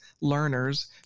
learners